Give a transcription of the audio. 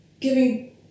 giving